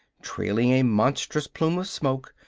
trailing a monstrous plume of smoke,